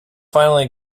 finally